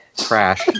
Crash